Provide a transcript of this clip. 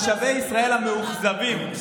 אתה צריך להחזיר לי את הזמן, זה בנוהל.